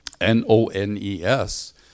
N-O-N-E-S